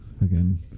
again